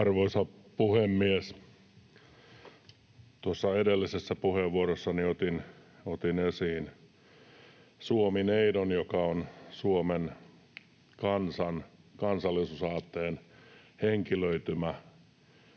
Arvoisa puhemies! Tuossa edellisessä puheenvuorossani otin esiin Suomi-neidon, joka on Suomen kansan kansallisuusaatteen henkilöitymä.